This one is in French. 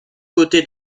côtés